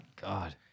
God